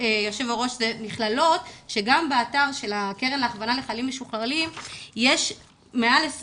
אלה מכללות שגם באתר של הקרן להכוונה לחיילים משוחררים יש מעל 20